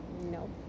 No